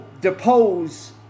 depose